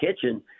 kitchen